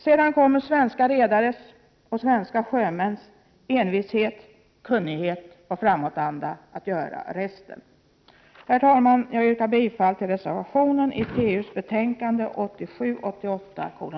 Sedan kommer svenska redares och svenska sjömäns envishet, kunnighet och framåtanda att göra resten. Herr talman! Jag yrkar bifall till reservationen i TU:s betänkande 1987/88:8.